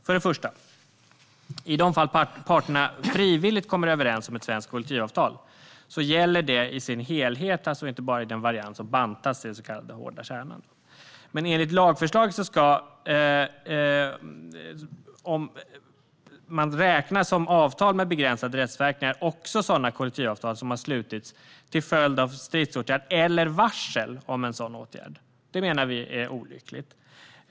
För det första: I de fall parterna frivilligt kommer överens om ett svenskt kollektivavtal gäller det i sin helhet, alltså inte bara i den variant som bantats till den så kallade hårda kärnan. Men enligt lagförslaget ska som avtal med begränsade rättsverkningar räknas också sådana kollektivavtal som har slutits som följd av stridsåtgärd eller varsel om en sådan åtgärd. Det sista menar vi är olyckligt.